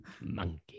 monkey